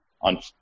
on